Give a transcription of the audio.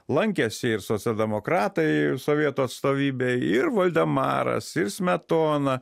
lankėsi ir socialdemokratai sovietų atstovybėj ir voldemaras ir smetona